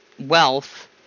wealth